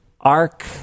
arc